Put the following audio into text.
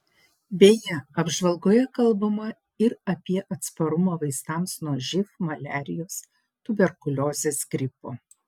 beje apžvalgoje kalbama ir apie atsparumą vaistams nuo živ maliarijos tuberkuliozės gripo